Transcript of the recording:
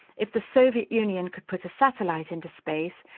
if the soviet union could put a satellite into space,